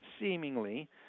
seemingly